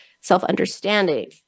self-understanding